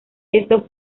esto